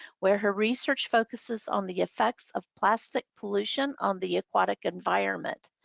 where her research focuses on the effects of plastic pollution on the aquatic environment.